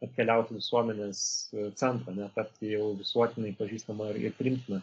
atkeliaut į visuomenės centrą na tapti jau visuotinai pažįstama ir priimtina